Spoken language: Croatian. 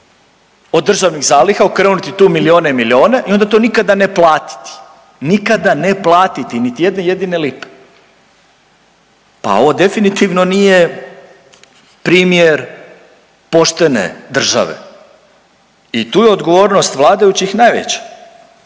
od državnih zaliha, okrenuti tu milijune i milijune i onda to nikada ne platiti, nikada ne platiti niti jedne jedine lipe. Pa ovo definitivno nije primjer poštene države i tu je odgovornost vladajućih najveća,